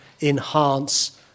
enhance